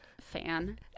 Fan